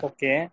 Okay